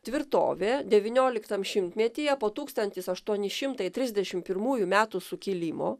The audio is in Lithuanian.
tvirtovė devynioliktam šimtmetyje po tūkstantis aštuoni šimtai trisdešim pirmųjų metų sukilimo